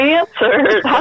answered